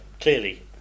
clearly